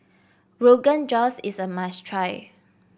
Rogan Josh is a must try